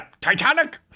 Titanic